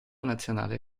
nazionale